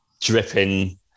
dripping